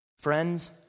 Friends